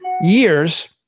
years